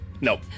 Nope